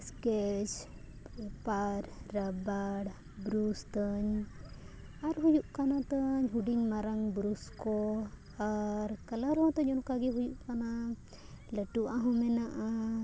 sketch paper rubber brush ᱛᱟᱹᱧ ᱟᱨ ᱦᱩᱭᱩᱜ ᱠᱟᱱᱟ ᱛᱟᱹᱧ ᱦᱩᱰᱤᱧ ᱢᱟᱨᱟᱝ ᱵᱨᱩᱥ ᱠᱚ ᱟᱨ ᱠᱟᱞᱟᱨ ᱦᱚᱸ ᱛᱟᱹᱧ ᱚᱱᱠᱟ ᱜᱮ ᱦᱩᱭᱩᱜ ᱠᱟᱱᱟ ᱞᱟᱹᱴᱩᱣᱟᱜ ᱦᱚᱸ ᱢᱮᱱᱟᱜᱼᱟ